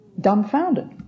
dumbfounded